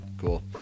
Cool